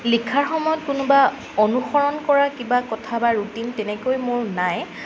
লিখাৰ সময়ত কোনোবা অনুসৰণ কৰা কিবা কথা বা ৰুটিন তেনেকৈ মোৰ নাই